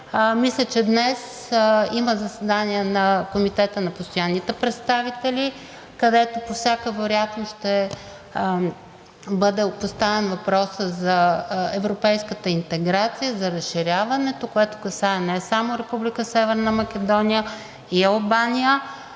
мисля, че днес има заседание на Комитета на постоянните представители, където по всяка вероятност ще бъде поставен въпросът за европейската интеграция, за разширяването, което касае не само Република Северна Македония, а и Албания.